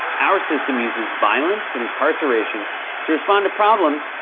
our system uses violence and incarceration to respond to problems,